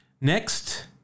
Next